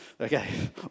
okay